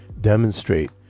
demonstrate